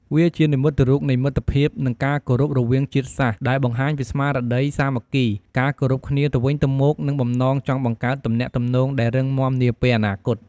វាជានិមិត្តរូបនៃមិត្តភាព និងការគោរពរវាងជាតិសាសន៍ ដែលបង្ហាញពីស្មារតីសាមគ្គី ការគោរពគ្នាទៅវិញទៅមក និងបំណងចង់បង្កើតទំនាក់ទំនងដែលរឹងមាំនាពេលអនាគត។